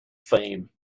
fame